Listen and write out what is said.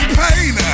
pain